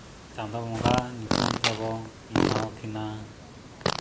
ᱪᱟᱸᱫᱳ ᱵᱚᱸᱜᱟᱣᱟᱜ ᱧᱩᱛᱩᱢ ᱛᱮᱵᱚᱱ ᱢᱟᱱᱟᱣ ᱠᱤᱱᱟᱹ